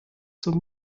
zur